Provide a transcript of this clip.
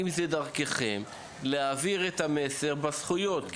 על מנת להעביר את המסר בנוגע לזכויות,